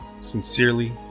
Sincerely